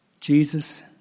Jesus